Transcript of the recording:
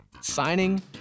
signing